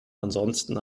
ansonsten